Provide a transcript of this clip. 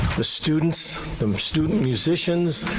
the students, the student musicians,